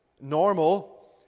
normal